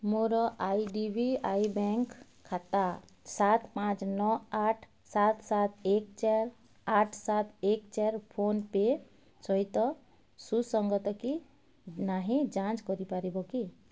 ମୋର I D B I bank ଖାତା ସାତ ପାଞ୍ଚ ନଅ ଆଠ ସାତ ସାତ ଏକ ଚାରି ଆଠ ସାତ ଏକ ଚାରି ଫୋନ୍ପେ' ସହିତ ସୁସଙ୍ଗତ କି ନାହିଁ ଯାଞ୍ଚ କରିପାରିବ କି